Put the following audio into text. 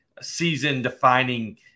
season-defining